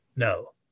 No